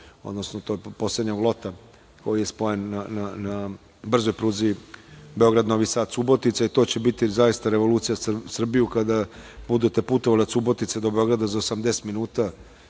odnosno tog poslednjeg lota koji je spojen na brzoj pruzi Beograd-Novi Sad-Subotica. To će biti zaista revolucija za Srbiju kada budete putovali od Subotice do Beograda za 80 minuta.